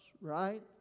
right